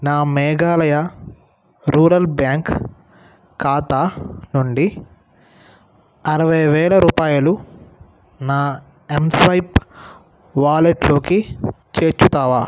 నా Meghalaya rural bank ఖాతా నుండి అరవై వేల రూపాయలు నా ఎంస్వైప్ వాలెట్లోకి చేర్చుతావా